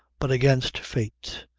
but against fate,